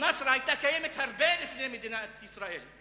אל-נצרא היתה קיימת הרבה לפני מדינת ישראל.